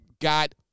got